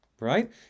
right